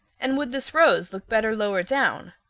and would this rose look better lower down?